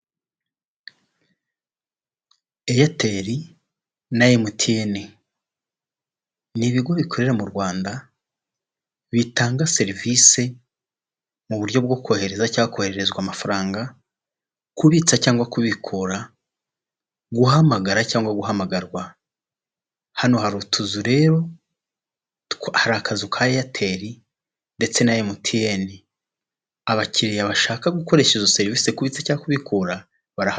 Airtel na MTN ni ibigo bikorera mu Rwanda; bitanga serivisi mu buryo bwo kohereza cyangwa kohererezwa amafaranga, kubitsa cyangwa kubikora, guhamagara cyangwa guhamagarwa. Hano hari utuzu rero, hari akazu ka Airtel ndetse na MTN, abakiriya bashaka gukoresha izo serivisi kubitsa cyangwa kubikura baraha.